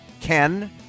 Ken